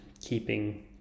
keeping